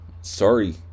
sorry